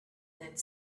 that